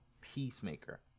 Peacemaker